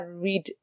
read